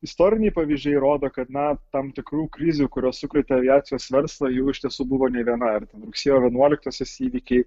istoriniai pavyzdžiai rodo kad na tam tikrų krizių kurios sukrėtė aviacijos verslą jų iš tiesų buvo ne viena ar ten rugsėjo vienuoliktosios įvykiai